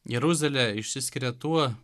jeruzalė išsiskiria tuo